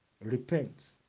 repent